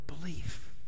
belief